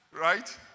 right